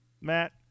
Matt